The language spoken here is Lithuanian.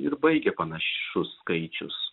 ir baigia panašus skaičius